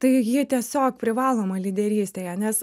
tai ji tiesiog privaloma lyderystėje nes